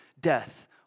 death